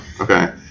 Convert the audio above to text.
Okay